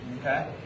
okay